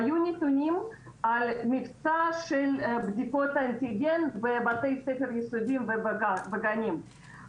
היו נתונים על המבצע של בדיקות אנטיגן בבתי ספר יסודיים ובגנים,